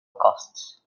costs